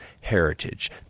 heritage